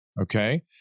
Okay